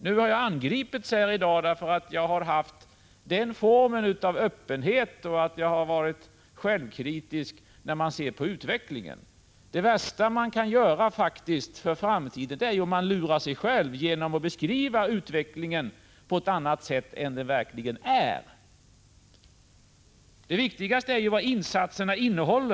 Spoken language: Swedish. Jag har i dag angripits därför att jag har varit så öppen och självkritisk när jag har betraktat utvecklingen. Men det värsta man kan göra för framtiden är faktiskt att lura sig själv genom att beskriva utvecklingen på ett annat sätt än som den verkligen är. Det viktigaste är vad insatserna innehåller.